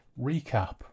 recap